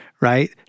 right